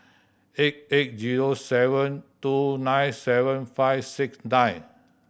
eight eight zero seven two nine seven five six nine